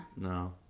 No